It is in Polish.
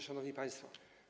Szanowni Państwo!